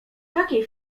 takiej